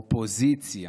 אופוזיציה,